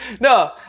No